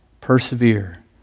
Persevere